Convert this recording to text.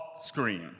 screen